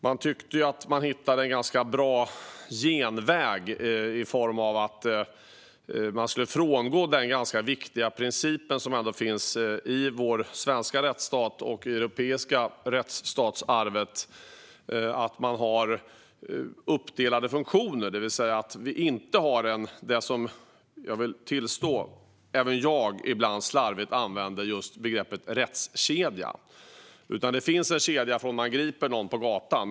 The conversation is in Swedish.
De tyckte att de hittade en ganska bra genväg genom att frångå en viktig princip som finns i vår svenska rättsstat och i det europeiska rättsstatsarvet om uppdelade funktioner. Vi har alltså inte det som kallas rättskedja, som är ett begrepp som jag tillstår att även jag slarvigt använder. Det finns en kedja från det att man griper någon på gatan.